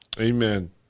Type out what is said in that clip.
Amen